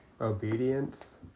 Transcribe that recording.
Obedience